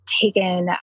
taken